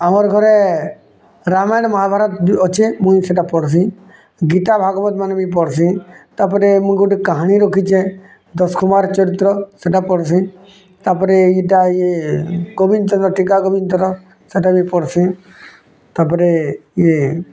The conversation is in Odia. ଆମର୍ ଘରେ ରାମାୟଣ ମହାଭାରତ ଅଛେଁ ମୁଇଁ ସେଟା ପଢ଼ୁଛିଁ ଗୀତା ଭାଗବତ ମାନେ ବି ପଢ଼ୁଚିଁ ତାପରେ ମୁଇଁ ଗୋଟେ କାହାଣୀ ରଖିଛେଁ ଦଶ୍ କୁମାର୍ ଚରିତ୍ର ସେଟା ପଢ଼ୁଛିଁ ତାପରେ ଇଟା ଇଏ ଗୋବିନ୍ଦଚନ୍ଦ୍ର ଟୀକା ଗୋବିନ୍ଦ ସେଟା ବି ପଢ଼ୁଛିଁ ତାପରେ ଇଏ